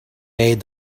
made